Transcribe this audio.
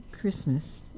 Christmas